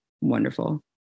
Wonderful